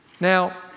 Now